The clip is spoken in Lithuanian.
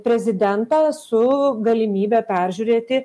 prezidentą su galimybe peržiūrėti